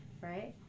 right